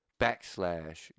backslash